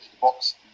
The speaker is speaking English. box